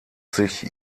sich